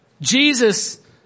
Jesus